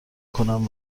کنم